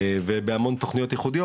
ובהמון תכניות ייחודיות.